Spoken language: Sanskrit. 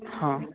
हा